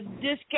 discount